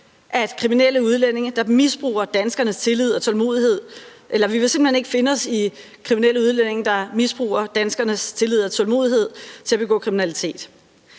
at udlændinge, der begår coronarelateret kriminalitet, naturligvis skal udvises. Vi vil simpelt hen ikke finde os i kriminelle udlændinge, der misbruger danskernes tillid og tålmodighed til at begå kriminalitet.